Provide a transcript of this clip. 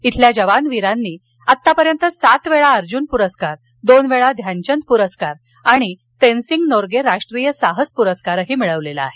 इथल्या जवान वीरांनी आत्तापर्यंत सातवेळा अर्जुन पुरस्कार दोनवेळा ध्यानचंद पुरस्कार आणि तेनसिंग नोर्गे राष्ट्रीय साहस पुरस्कारही मिळवलेला आहे